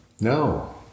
No